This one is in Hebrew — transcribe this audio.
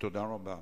תודה רבה.